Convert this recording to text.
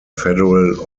federal